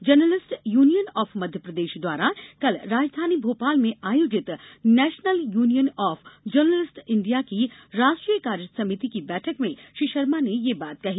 journalists union of Madhya Pradesh द्वारा कल राजधानी भोपाल में आयोजित national union of journalists India की राष्ट्रीय कार्यसमिति की बैठक में श्री शर्मा ने यह बात कही